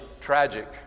tragic